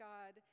God